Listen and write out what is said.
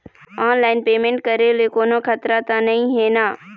Online payment करे ले कोन्हो खतरा त नई हे न?